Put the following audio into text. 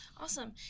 Awesome